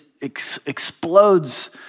explodes